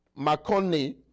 McConney